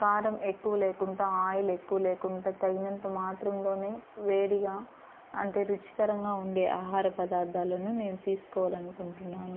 కారం ఎక్కువ లేకుండా ఆయిల్ ఎక్కువ లేకుండా తగినంత మాత్రంలోనే వేడిగా అంటే రుచికరంగా ఉండే ఆహార పదార్థాలను నేను తీసుకోవాలని అనుకుంటున్నాను